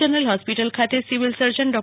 general hospital ખાતે civil surgeon ડો